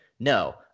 No